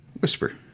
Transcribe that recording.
Whisper